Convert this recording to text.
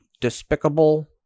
despicable